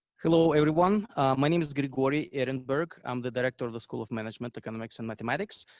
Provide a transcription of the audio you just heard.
hello, everyone. my name is grigori erenburg. i'm the director of the school of management, economics and mathematics.